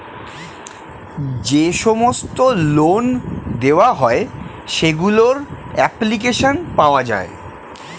যে সমস্ত লোন দেওয়া হয় সেগুলোর অ্যাপ্লিকেশন পাওয়া যায়